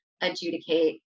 adjudicate